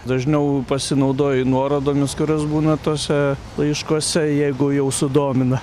dažniau pasinaudoji nuorodomis kurios būna tuose laiškuose jeigu jau sudomina